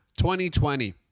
2020